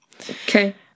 Okay